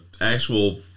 actual